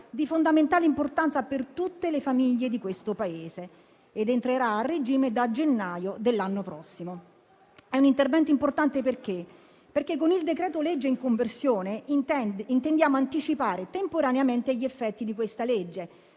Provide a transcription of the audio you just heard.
di fondamentale importanza per tutte le famiglie di questo Paese ed entrerà a regime da gennaio dell'anno prossimo. È un intervento importante perché con il decreto-legge in conversione intendiamo anticipare temporaneamente gli effetti di questa legge;